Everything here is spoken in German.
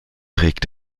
trägt